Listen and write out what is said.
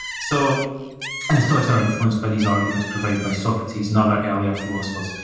so and the stoics are influenced by these arguments provided by socrates and other earlier philosophers.